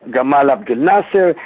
gamal abdul nasser,